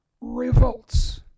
revolts